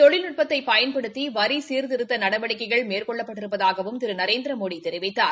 தொழில்நுட்பத்தை பயன்படுத்தி வரி சீர்திருத்த நடவடிக்கைகள் மேற்கொள்ளப்பட்டிருப்பதாகவும் திரு நரேந்திரமோடி தெரிவித்தார்